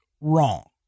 wrong